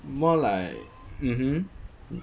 more like mmhmm